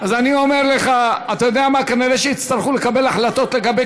מאז שאני לא סגן תראה איזה בלגן יש